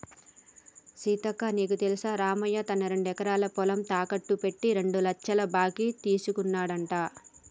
సీతక్క నీకు తెల్సా రామయ్య తన రెండెకరాల పొలం తాకెట్టు పెట్టి రెండు లచ్చల బాకీ తీసుకున్నాడంట